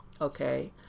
Okay